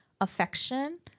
affection